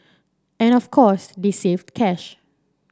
and of course they saved cash